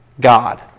God